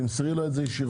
תמסרי לה את זה ישירות.